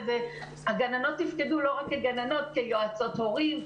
הגננות תפקדו לא רק כגננות כיועצות הורים,